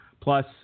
Plus